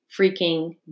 freaking